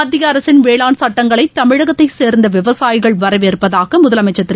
மத்திய அரசின் வேளாண் சட்டங்களை தமிழகத்தை சேர்ந்த விவசாயிகள் வரவேற்பதாக முதலமைச்சா் திரு